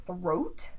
throat